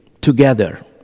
together